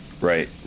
right